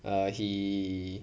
err he